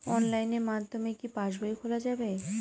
অনলাইনের মাধ্যমে কি পাসবই খোলা যাবে?